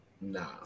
nah